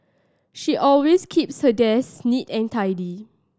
she always keeps her desk neat and tidy